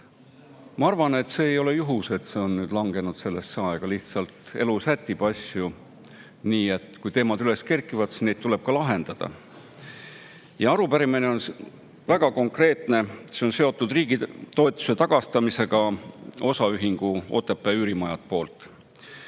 Ma arvan, et see ei ole juhus, et see on langenud sellesse aega. Lihtsalt elu sätib asju nii, et kui teemad üles kerkivad, siis neid tuleb ka lahendada. Arupärimine on väga konkreetne, see on riigi toetuse tagastamise kohta osaühingu Otepää Üürimajad poolt.